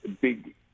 big